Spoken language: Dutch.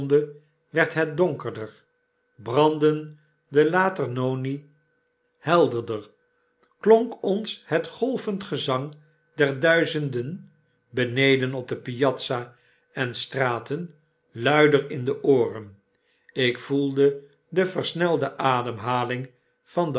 werd het donkerer brandden de laternoni helderder klonk ons het golvend gezang der duizenden benedenop de piazza en straten luider in de ooren ik voelde de versnelde ademhaling van